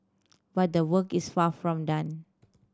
but the work is far from done